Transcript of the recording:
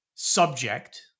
Subject